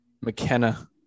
McKenna